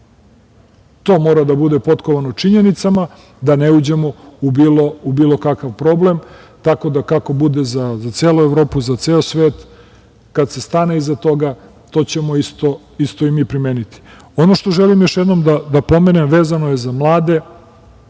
to mora da bude potkovano činjenicama da ne uđemo u bilo kakav problem. Tako da, kako bude za celu Evropu, za ceo svet, kad se stane iza toga to ćemo isto i mi primeniti. Ono što želim još jednom da pomenem, a vezano je za mlade,